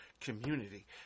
community